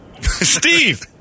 Steve